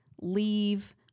leave